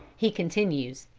he continues